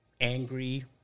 angry